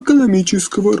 экономического